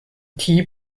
die